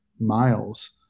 miles